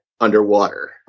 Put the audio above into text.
underwater